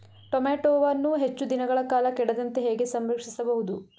ಟೋಮ್ಯಾಟೋವನ್ನು ಹೆಚ್ಚು ದಿನಗಳ ಕಾಲ ಕೆಡದಂತೆ ಹೇಗೆ ಸಂರಕ್ಷಿಸಬಹುದು?